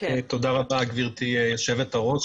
גברתי היושבת-ראש,